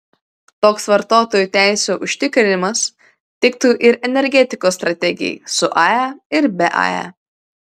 toks vartotojų teisių užtikrinimas tiktų ir energetikos strategijai su ae ir be ae